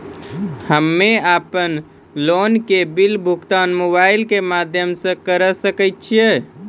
हम्मे अपन लोन के बिल भुगतान मोबाइल के माध्यम से करऽ सके छी?